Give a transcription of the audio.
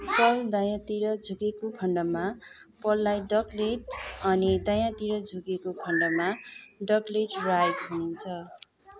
पल दायाँतिर झुकेको खन्डमा पललाई डगलेट अनि दायाँतिर झुकेको खन्डमा डगलेग राइट भनिन्छ